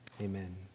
amen